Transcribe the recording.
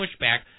pushback